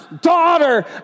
daughter